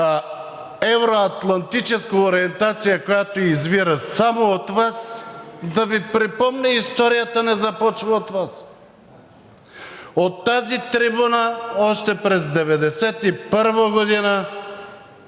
евро-атлантическа ориентация, която извира само от Вас, да Ви припомня – историята не започва от Вас. От тази трибуна още през 1991 г.